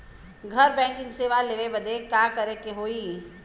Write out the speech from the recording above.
घर बैकिंग सेवा लेवे बदे का करे के होई?